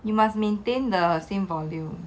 you must maintain the same volume